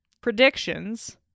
predictions